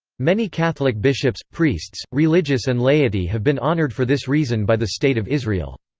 many catholic bishops, priests, religious and laity have been honoured for this reason by the state of israel.